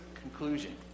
conclusion